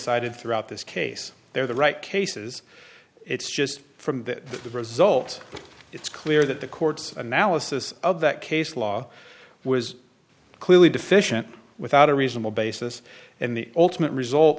cited throughout this case they're the right cases it's just from that the result it's clear that the court's analysis of that case law was clearly deficient without a reasonable basis and the ultimate result